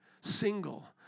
single